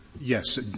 Yes